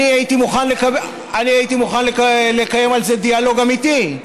אני הייתי מוכן לקיים על זה דיאלוג אמיתי.